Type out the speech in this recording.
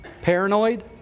paranoid